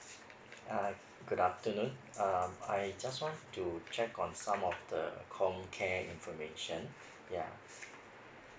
uh good afternoon um I just want to check on some of the comcare information ya